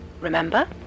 Remember